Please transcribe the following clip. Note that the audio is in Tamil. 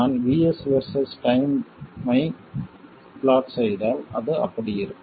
நான் VS VS டைம் ஐ பிளாட் செய்தால் அது அப்படி இருக்கும்